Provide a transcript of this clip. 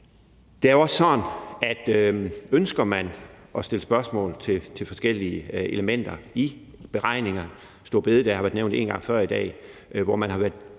Det er jo også sådan, at ønsker man at stille spørgsmål til forskellige elementer i beregningerne – det med store bededag har været nævnt en gang før i dag, hvor man har været